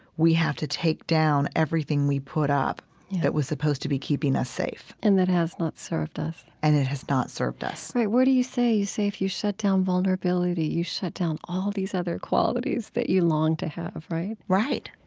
we have to take down everything we put up that was supposed to be keeping us safe and that has not served us and it has not served us right. where do you say? you say if you shut down vulnerability, you shut down all these other qualities that you long to have, right? right,